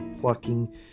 plucking